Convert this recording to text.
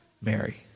Mary